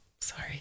Sorry